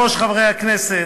גברתי היושבת-ראש, חברי הכנסת,